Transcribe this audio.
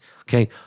okay